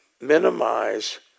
Minimize